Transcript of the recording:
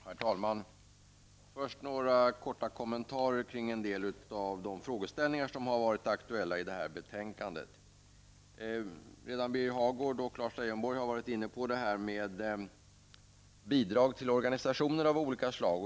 Herr talman! Först vill jag göra några korta kommentarer kring en del av de frågeställningar som har varit aktuella i det betänkande vi nu behandlar. Birger Hagård och Lars Leijonborg har redan varit inne på frågan om bidrag till organisationer av olika slag.